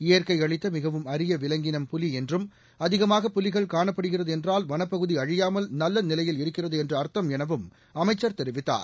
இயற்கை அளித்த மிகவும் அரிய விலங்கினம் புலி என்றும் அதிகமாக புலிகள் காணப்படுகிறது என்றால் வனப்பகுதி அழியாமல் நல்ல நிலையில் இருக்கிறது என்று அர்த்தம் எனவும் அமைச்சர் தெரிவித்தார்